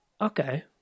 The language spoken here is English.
okay